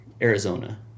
arizona